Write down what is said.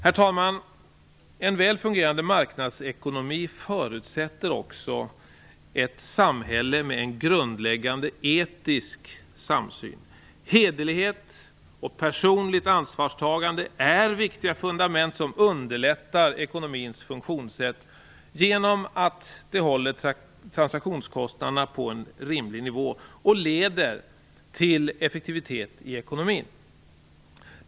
Herr talman! En väl fungerande marknadsekonomi förutsätter också ett samhälle med en grundläggande etisk samsyn. Hederlighet och personligt ansvarstagande är viktiga fundament som underlättar ekonomins funktionssätt genom att de håller transaktionskostnaderna på en rimlig nivå och leder till effektivitet i ekonomin.